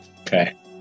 Okay